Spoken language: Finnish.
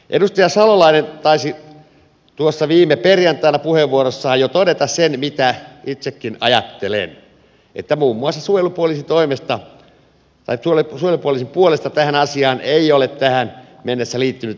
edustaja salolainen taisi viime perjantaina puheenvuorossaan jo todeta sen mitä itsekin ajattelen että muun muassa suojelupoliisin puolesta tähän asiaan ei ole tähän mennessä liittynyt epäselvyyksiä